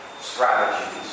strategies